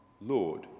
Lord